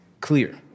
Clear